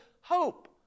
hope